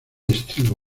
estribo